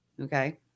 Okay